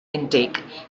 intake